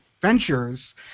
ventures